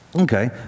Okay